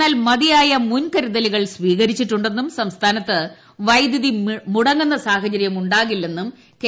എന്നാൽ മതിയായ മുൻകരുതലുകൾ സ്വീകരിച്ചിട്ടുണ്ടെന്നും സംസ്ഥാനത്ത് വൈദ്യുതി മുടങ്ങുന്ന സാഹചര്യം ഉണ്ടാകില്ലെന്നും കെ